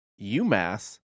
UMass